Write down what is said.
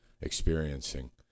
experiencing